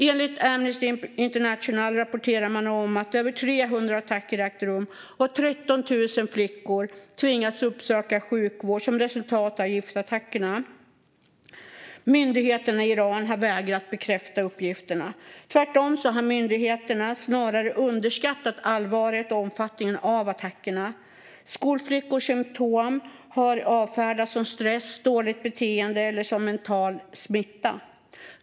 Enligt Amnesty International rapporterar man om att över 300 attacker ägt rum och 13 000 flickor tvingats uppsöka sjukhus som resultat av giftattackerna. Myndigheterna i Iran har vägrat att bekräfta uppgifterna. Tvärtom har myndigheterna snarare underskattat allvaret och omfattningen av attackerna. Skolflickors symtom har avfärdats som stress, dåligt beteende eller som mental smitta.